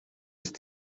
ist